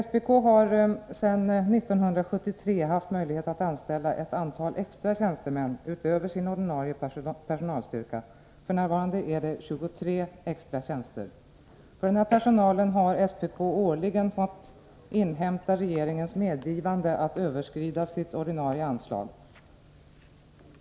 SPK har sedan 1973 haft möjlighet att anställa ett antal extra tjänstemän utöver sin ordinarie personalstyrka. F. n. är det 23 extra tjänster. För denna personal har SPK årligen fått inhämta regeringens medgivande för att kunna överskrida sitt ordinarie anslag.